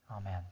Amen